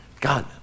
God